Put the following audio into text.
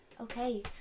Okay